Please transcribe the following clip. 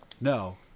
No